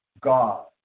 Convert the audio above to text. God